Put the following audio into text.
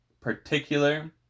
particular